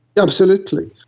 absolutely.